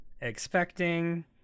expecting